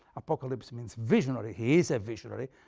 apocalypse means visionary, he is a visionary,